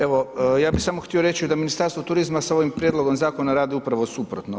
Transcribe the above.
Evo, ja bih samo htio reći da Ministarstvo turizma sa ovim Prijedlogom Zakona radi upravo suprotno.